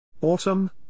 Autumn